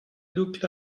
look